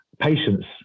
patients